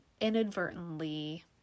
inadvertently